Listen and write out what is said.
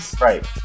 Right